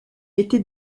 été